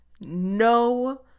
no